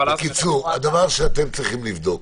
אלה שיעורי הבית שאתם צריכים לבדוק